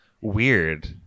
weird